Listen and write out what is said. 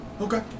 Okay